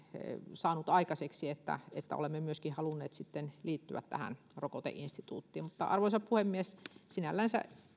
saanut aikaiseksi että että olemme myöskin halunneet liittyä tähän rokoteinstituuttiin mutta arvoisa puhemies sinällänsä